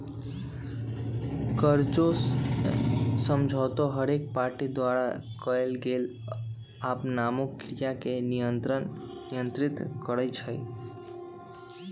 कर्जा समझौता हरेक पार्टी द्वारा कएल गेल आपनामे क्रिया के नियंत्रित करई छै